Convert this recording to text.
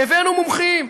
הבאנו מומחים.